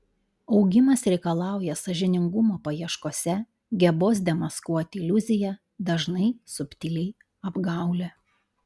augimas reikalauja sąžiningumo paieškose gebos demaskuoti iliuziją dažnai subtiliai apgaulią